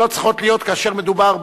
שלא צריכות להיות כאשר מדובר,